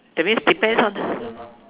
that means depends on